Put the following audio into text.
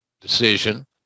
decision